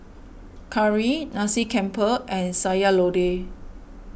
Curry Nasi Campur and Sayur Lodeh